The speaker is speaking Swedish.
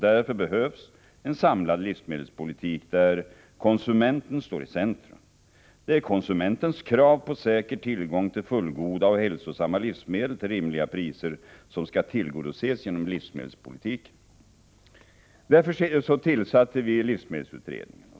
Därför behövs en samlad livsmedelspolitik där konsumenten står i centrum. Det är konsumentens krav på säker tillgång till fullgoda och hälsosamma livsmedel till rimliga priser som skall tillgodoses genom livsmedelspolitiken. Därför tillsatte vi livsmedelsutredningen.